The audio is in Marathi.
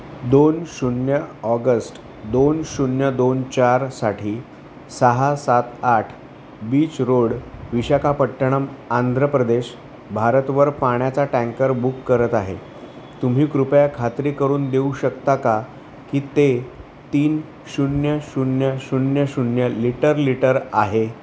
दोन शून्य ऑगस्ट दोन शून्य दोन चारसाठी सहा सात आठ बीच रोड विशाखापट्टणम आंध्र प्रदेश भारतवर पाण्याचा टँकर बुक करत आहे तुम्ही कृपया खात्री करून देऊ शकता का की ते तीन शून्य शून्य शून्य शून्य लिटर लिटर आहे